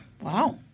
Wow